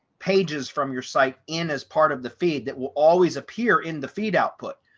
pages from your site in as part of the feed that will always appear in the feed output.